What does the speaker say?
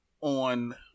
on